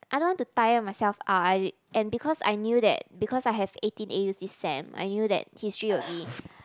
I don't want to tire myself out I and because I knew that because I have eighteen A_Us this sem I knew that history will be